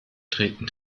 treten